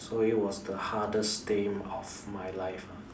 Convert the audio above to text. so it was the hardest day of my life ah